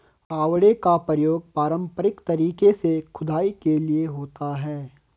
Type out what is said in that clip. फावड़े का प्रयोग पारंपरिक तरीके से खुदाई के लिए होता है